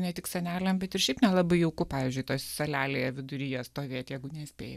ne tik seneliam bet ir šiaip nelabai jauku pavyzdžiui toj salelėje viduryje stovėt jeigu nespėji